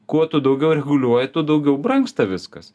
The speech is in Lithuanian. kuo tu daugiau reguliuoji tuo daugiau brangsta viskas